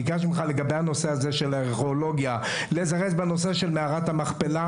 ביקשתי ממך לגבי הנושא הזה של ארכיאולוגיה לזרז בנושא של מערת המכפלה,